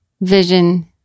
vision